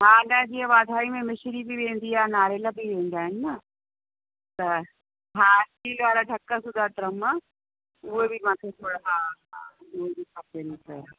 हा न जीअं वाधाई में मिश्री बि वेंदी आहे नारेल बि वेंदा आहिनि न त हा स्टील वारा ढक सूधा ड्रम उहे बि मांखे थोरा हा हा उहे बि खपेनि मूंखे